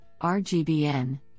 RGBN